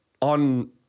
on